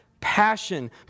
Passion